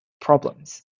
problems